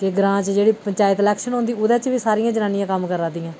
के ग्रां च जेह्ड़ी पंचायत इलैक्शन होंदी उ'दे च बी सारियां जनानियां कम्म करा दियां